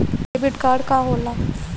Debit card का होला?